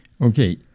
okay